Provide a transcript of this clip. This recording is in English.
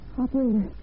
Operator